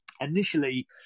Initially